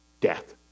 Death